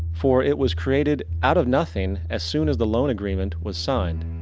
for it was created out of nothing as soon as the loan agreement was signed.